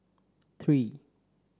three